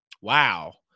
wow